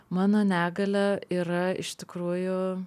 mano negalia yra iš tikrųjų